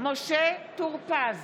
משה טור פז,